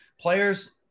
players